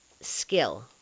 skill